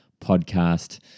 podcast